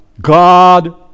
God